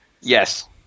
Yes